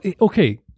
Okay